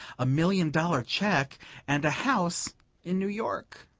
a million dollar cheque and a house in new york.